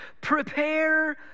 prepare